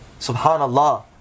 Subhanallah